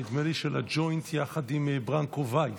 נדמה לי של הג'וינט יחד עם ברנקו וייס,